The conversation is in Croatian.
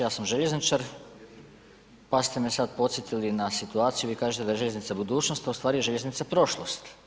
Ja sam željezničar pa ste me sada podsjetili na situaciju, vi kažete da je željeznica budućnost, a ustvari je željeznica prošlost.